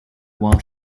while